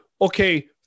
okay